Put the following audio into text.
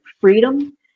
freedom